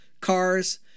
cars